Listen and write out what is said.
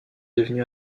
devenue